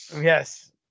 Yes